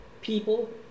people